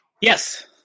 Yes